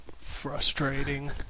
frustrating